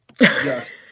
Yes